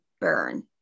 burn